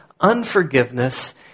Unforgiveness